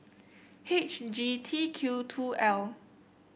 H G T Q two L